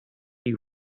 you